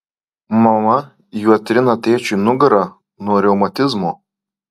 mama juo trina tėčiui nugarą nuo reumatizmo